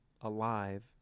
alive